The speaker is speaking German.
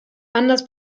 anders